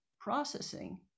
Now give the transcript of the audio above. processing